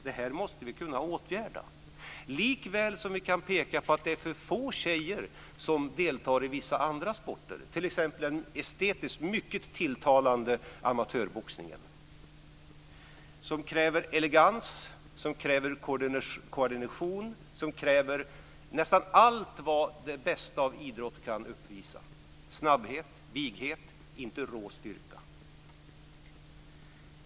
Detta måste vi kunna åtgärda, likväl som vi kan peka på att det är för få tjejer som deltar i vissa andra sporter, t.ex. den estetiskt mycket tilltalande amatörboxningen, som kräver elegans, koordination och nästan allt det bästa som idrott kan uppvisa, snabbhet, vighet, inte råstyrka.